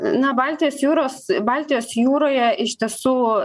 na baltijos jūros baltijos jūroje iš tiesų